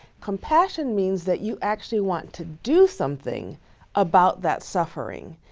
compassion means that you actually want to do something about that suffering.